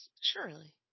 Surely